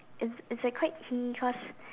it's it's like quite hmm cause